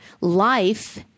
life